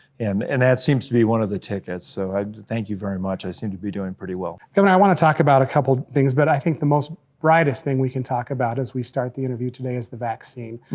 and and that seems to be one of the tickets. so i thank you very much, i seem to be doing pretty well. governor, i wanna talk about a couple of things, but i think the most brightest thing we can talk about as we start the interview today is the vaccine.